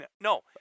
No